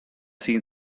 seen